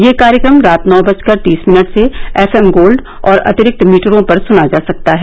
यह कार्यक्रम रात नौ बजकर तीस मिनट से एफ एम गोल्ड और अतिरिक्त मीटरों पर सुना जा सकता है